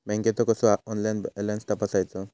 बँकेचो कसो online balance तपासायचो?